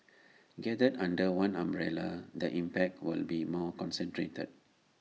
gathered under one umbrella the impact will be more concentrated